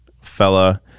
fella